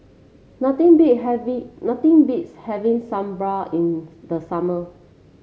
nothing beat nothing beats having Sambar in the summer